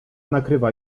nakrywa